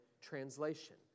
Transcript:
Translation